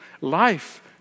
Life